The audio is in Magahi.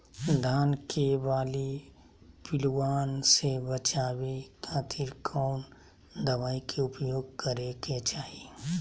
धान के बाली पिल्लूआन से बचावे खातिर कौन दवाई के उपयोग करे के चाही?